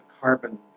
carbon